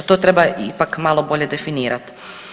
To treba ipak malo bolje definirati.